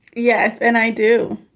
yes. and i do.